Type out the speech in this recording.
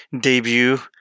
debut